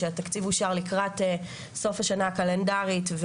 שהתקציב אושר לקראת סוף השנה הקלנדרית,